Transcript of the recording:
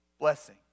blessing